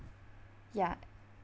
ya